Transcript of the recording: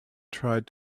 tried